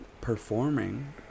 Performing